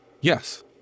Yes